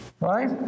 Right